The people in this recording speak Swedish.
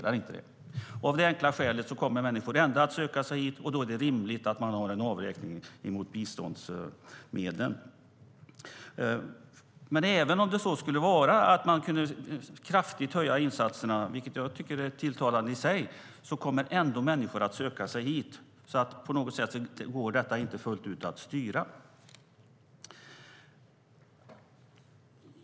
Av det enkla skälet kommer människor ändå att söka sig hit, och då är det rimligt att man gör en avräkning av biståndsmedlen. Även om man kunde öka insatserna kraftigt, vilket jag tycker är tilltalande i sig, skulle människor söka sig hit. Detta går alltså inte att styra fullt ut.